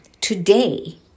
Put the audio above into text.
today